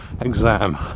exam